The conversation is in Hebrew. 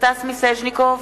סטס מיסז'ניקוב,